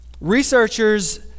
Researchers